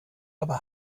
aber